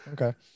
okay